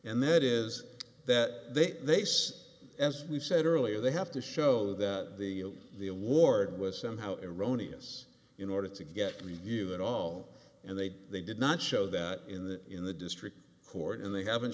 and that is that they they say as we said earlier they have to show that the the award was somehow iranians in order to get to you at all and they they did not show that in the in the district court and they haven't